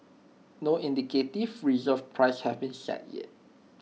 no indicative reserve price has been set yet